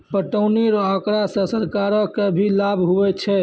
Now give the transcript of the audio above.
पटौनी रो आँकड़ा से सरकार के भी लाभ हुवै छै